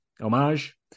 homage